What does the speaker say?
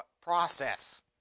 process